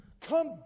Come